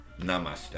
Namaste